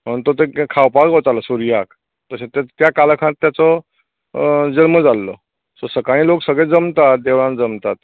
आनी तो तें खावपाक वतालो सुर्याक त्या काळखांत ताचो जल्म जाल्लो सकाळी लोक जमतात देवळांत जमतात